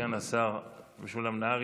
סגן השר משולם נהרי,